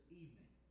evening